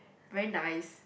very nice